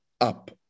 up